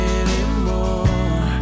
anymore